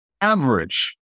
average